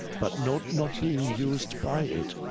but not not being used by it